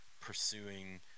pursuing